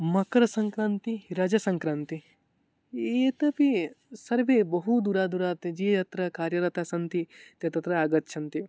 मकरसङ्क्रान्ति रजसङ्क्रान्ति इत्यपि सर्वे बहु दूराद् दूराद् ते अत्र कार्यरताः सन्ति ते तत्र आगच्छन्ति